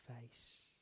face